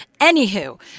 Anywho